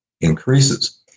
increases